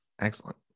excellent